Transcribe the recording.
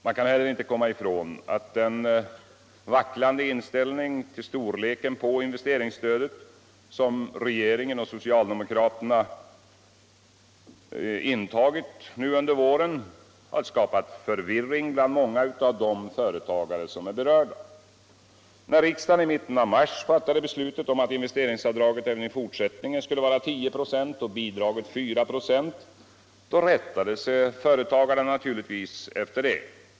Man kan inte heller komma ifrån att den vacklande inställning till storleken på investeringsstödet, som regeringen och socialdemokraterna visat nu under våren, skapat förvirring hos många av de företagare som är berörda. När riksdagen i mitten av mars fattade beslutet om att investeringsavdraget även i fortsättningen skulle vara 10 96 och bidraget 4 96 rättade företagarna sig naturligtvis efter det.